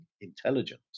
intelligence